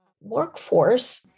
workforce